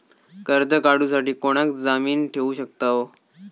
कर्ज काढूसाठी कोणाक जामीन ठेवू शकतव?